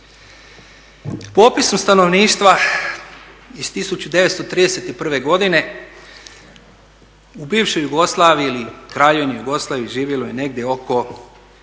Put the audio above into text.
Popisom stanovništva iz 1931. godine u bivšoj Jugoslaviji ili Kraljevini Jugoslaviji živjelo je negdje oko